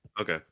Okay